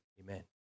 amen